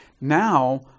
Now